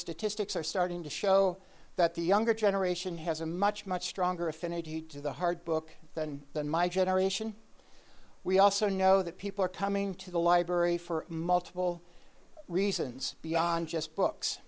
statistics are starting to show that the younger generation has a much much stronger affinity to the hard book than than my generation we also know that people are coming to the library for multiple reasons beyond just books